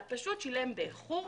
פשוט שילם באיחור.